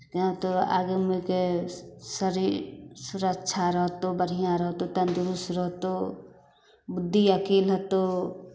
आँय तोरा आगे मेके शरीर सुरक्षा रहतहु बढ़िआँ रहतहु तन्दरुस्त रहतहु बुद्धि अकिल हेतौ